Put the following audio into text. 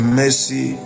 mercy